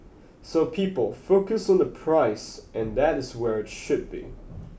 so people focus on the price and that is where it should be